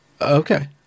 Okay